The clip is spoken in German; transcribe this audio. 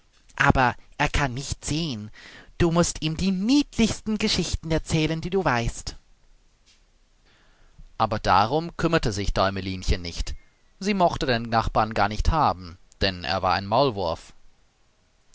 aber er kann nicht sehen du mußt ihm die niedlichsten geschichten erzählen die du weißt aber darum kümmerte sich däumelinchen nicht sie mochte den nachbar gar nicht haben denn er war ein maulwurf